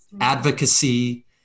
advocacy